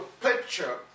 picture